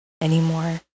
anymore